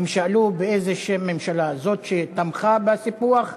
הם שאלו בשם איזו ממשלה, זאת שתמכה בסיפוח הבקעה,